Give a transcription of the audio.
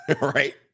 right